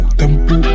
tempo